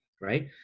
Right